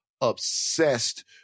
obsessed